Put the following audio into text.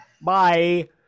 Bye